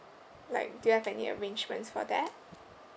like do you have any arrangements for that